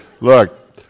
Look